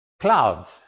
Clouds